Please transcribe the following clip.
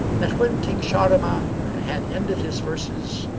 that when king shahriman had ended his verses,